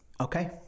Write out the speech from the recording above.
Okay